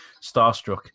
starstruck